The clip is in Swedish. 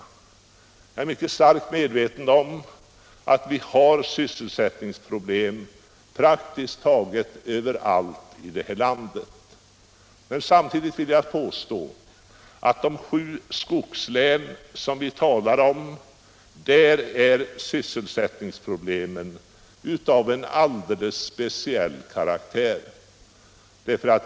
Samordnad Jag är mycket starkt medveten om att vi har sysselsättningsproblem prak = sysselsättnings och tiskt taget överallt i vårt land, men samtidigt vill jag påstå att i de sju = regionalpolitik skogslän som vi talar om är sysselsättningsproblemen av alldeles speciell karaktär.